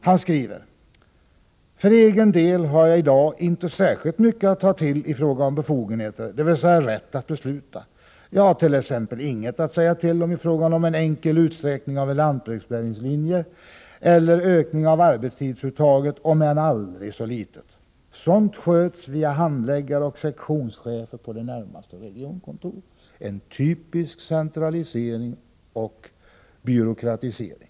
Han skriver: ”För egen del har jag i dag inte särskilt mycket att ta till i fråga om befogenheter — dvs. rätt att besluta. Jag hart.ex. inget att säga till om i fråga om en enkel utsträckning av en lantbrevbäringslinje eller ökning av arbetstidsuttaget — om än aldrig så litet. Sådant sköts via handläggare och sektionschefer på närmaste regionkontor.” Det är en typisk centralisering och byråkratisering.